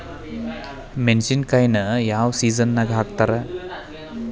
ಮೆಣಸಿನಕಾಯಿನ ಯಾವ ಸೇಸನ್ ನಾಗ್ ಹಾಕ್ತಾರ?